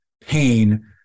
pain